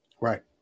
Right